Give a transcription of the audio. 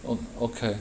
oh okay